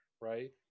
right